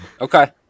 Okay